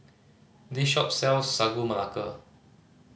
this shop sells Sagu Melaka